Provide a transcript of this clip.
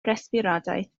resbiradaeth